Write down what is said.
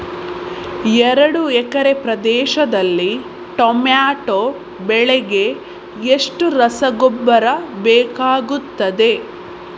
ಎರಡು ಎಕರೆ ಪ್ರದೇಶದಲ್ಲಿ ಟೊಮ್ಯಾಟೊ ಬೆಳೆಗೆ ಎಷ್ಟು ರಸಗೊಬ್ಬರ ಬೇಕಾಗುತ್ತದೆ?